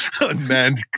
unmanned